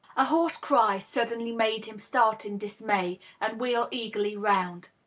a hoarse cry suddenly made him start in dismay and wheel eagerly round.